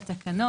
התשפ"א-2021.